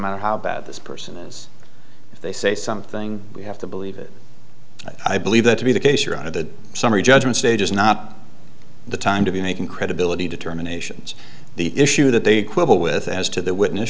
matter how bad this person is if they say something we have to believe it i believe that to be the case or out of the summary judgment stage is not the time to be making credibility determinations the issue that they'd quibble with as to the witness